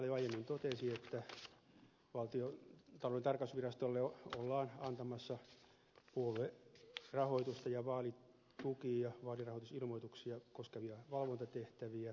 ahde täällä jo aiemmin totesi että valtiontalouden tarkastusvirastolle ollaan antamassa puoluerahoitusta ja vaalituki ja vaalirahoitusilmoituksia koskevia valvontatehtäviä